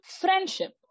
friendship